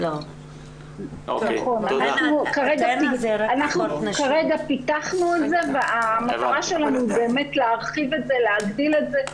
אנחנו כרגע פיתחנו את זה והמטרה שלנו באמת להרחיב את זה,